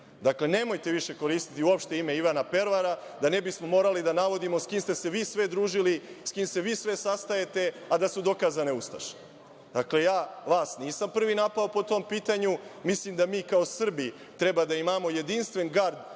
SNS.Dakle, nemojte više koristiti uopšte ime Ivana Pernara, da ne bismo morali da navodimo sa kim ste se vi sve družili, sa kim se sve sastajete, a da su dokazane ustaše. Ja nisam vas prvi napao po tom pitanju, mislim da mi kao Srbi treba da imamo jedinstven gard